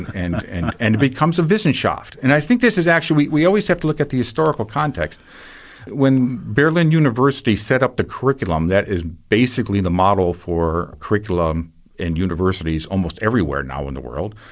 and and and becomes a wissenschaft. and i think this is actually we we always have to look at the historical context when berlin university set up the curriculum that is basically the model for curriculum in universities almost everywhere now in the world,